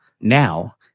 now